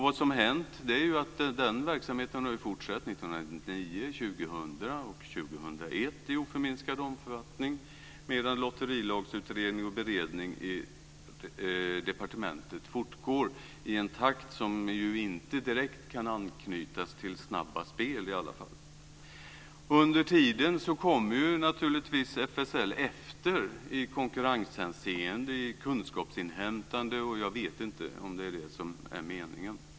Vad som hänt är att verksamheten har fortsatt 1999, 2000 och 2001 i oförminskad omfattning, medan lotterilagsutredning och beredning i departementet fortgår i en takt som inte direkt kan anknytas till snabba spel. Under tiden kommer naturligtvis FSL efter i konkurrenshänseende och i kunskapsinhämtande. Jag vet inte om det är det som är meningen.